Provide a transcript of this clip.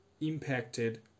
impacted